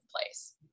place